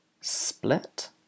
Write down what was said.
split